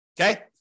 Okay